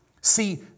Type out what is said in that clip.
See